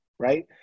Right